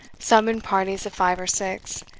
some in parties of five or six,